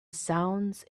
sounds